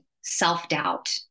self-doubt